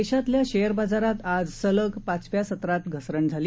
देशातल्या शेअर बाजारात आज सलग पाचव्या सत्रात घसरण झाली